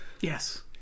yes